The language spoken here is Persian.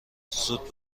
زود